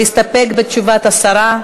להסתפק בתשובת השרה?